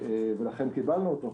לכן קיבלנו אותו.